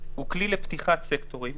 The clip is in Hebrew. הוא כלי לפתיחת סקטורים